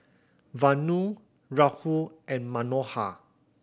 Vanu Rahul and Manohar